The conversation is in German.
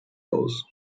aus